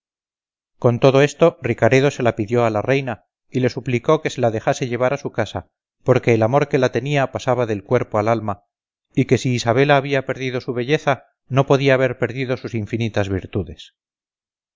con todo esto ricaredo se la pidió a la reina y le suplicó que se la dejase llevar a su casa porque el amor que la tenía pasaba del cuerpo al alma y que si isabela había perdido su belleza no podía haber perdido sus infinitas virtudes